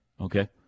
okay